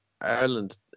Ireland